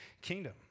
kingdom